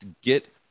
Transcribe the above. get